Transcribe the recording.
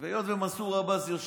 והיות שמנסור עבאס,